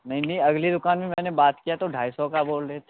नहीं नहीं अगली दुकान में मैंने बात किया तो ढाई सौ का बोल रहे थे